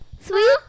sweet